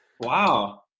wow